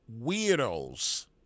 weirdos